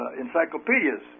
encyclopedias